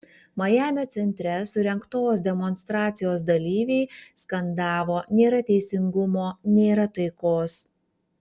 majamio centre surengtos demonstracijos dalyviai skandavo nėra teisingumo nėra taikos